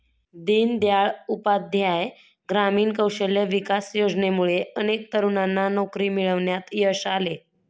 दीनदयाळ उपाध्याय ग्रामीण कौशल्य विकास योजनेमुळे अनेक तरुणांना नोकरी मिळवण्यात यश आले